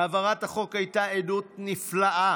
העברת החוק הייתה עדות נפלאה